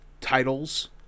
titles